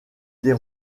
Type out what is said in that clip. des